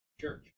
church